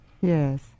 Yes